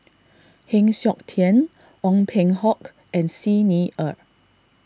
Heng Siok Tian Ong Peng Hock and Xi Ni Er